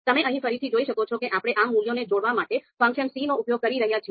તમે અહીં ફરીથી જોઈ શકો છો કે આપણે આ મૂલ્યોને જોડવા માટે ફંક્શન c નો ઉપયોગ કરી રહ્યા છીએ